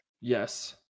Yes